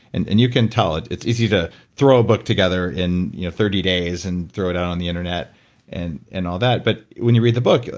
and and you can tell, it's easy to throw a book together in you know thirty days and throw it out in the internet and and all that. but when you read the book,